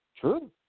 True